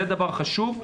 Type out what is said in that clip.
זה דבר חשוב.